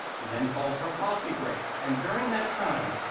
he then called for a coffee break, and during that time,